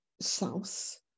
south